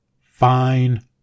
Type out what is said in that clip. fine